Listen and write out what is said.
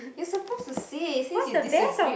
you suppose to see since you disagree